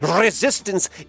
Resistance